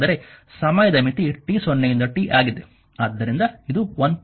ಆದ್ದರಿಂದ ಇದು 1